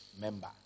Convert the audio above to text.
member